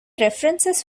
references